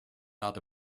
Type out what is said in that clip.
not